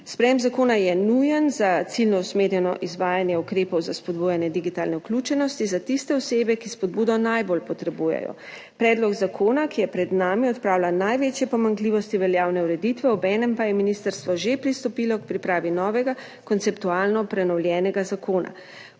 Sprejetje zakona je nujno za ciljno usmerjeno izvajanje ukrepov za spodbujanje digitalne vključenosti za tiste osebe, ki spodbudo najbolj potrebujejo. Predlog zakona, ki je pred nami, odpravlja največje pomanjkljivosti veljavne ureditve, obenem pa je ministrstvo že pristopilo k pripravi novega, konceptualno prenovljenega zakona.